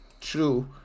True